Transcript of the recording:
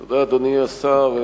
תודה, אדוני השר.